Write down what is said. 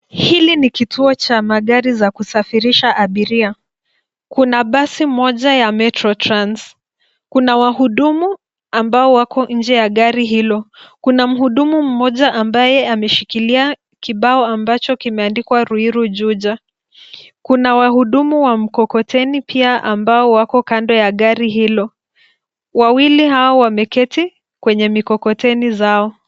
Hili ni kituo cha magari za kusafirisha abiria. Kuna basi moja ya Metro Trans. Kuna wahudumu ambao wako nje ya gari hilo. Kuna mhudumu mmoja ambaye ameshikilia kibao ambacho kimeandikwa Ruiru-Juja. Kuna wahudumu wa mkokoteni pia ambao wako kando ya gari hilo. Wawili hao wameketi kwenye mikokoteni zao.